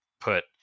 put